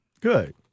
Good